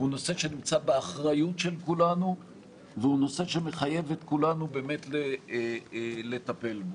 הוא נושא שנמצא באחריות של כולנו ונמצא באחריות של כולנו לטפל בו.